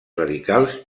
radicals